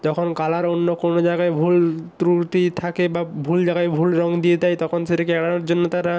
যখন কালার অন্য কোনো জাগায় ভুল ত্রুটি থাকে বা ভুল জাগায় ভুল রঙ দিয়ে দেয় তখন সেটাকে এড়ানোর জন্য তারা